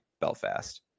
Belfast